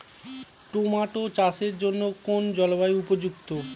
Tomato চাষের জন্য কোন জলবায়ু উপযুক্ত?